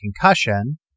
concussion